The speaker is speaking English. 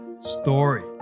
story